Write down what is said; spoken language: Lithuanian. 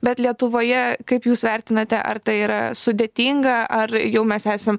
bet lietuvoje kaip jūs vertinate ar tai yra sudėtinga ar jau mes esam